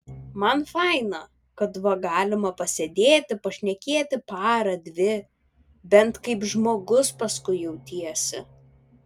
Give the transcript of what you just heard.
man faina kad va galima pasėdėti pašnekėti parą dvi bent kaip žmogus paskui jautiesi